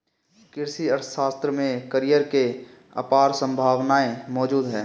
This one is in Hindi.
कृषि अर्थशास्त्र में करियर की अपार संभावनाएं मौजूद है